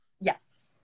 yes